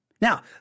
Now